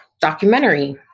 documentary